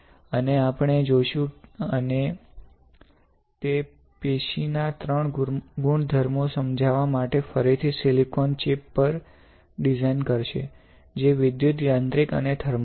અને આપણે જોશું અને તે પેશીના ત્રણ ગુણધર્મોને સમજવા માટે ફરીથી સિલિકોન ચિપ પર ડિઝાઇન કરશે જે વિદ્યુત યાંત્રિક અને થર્મલ છે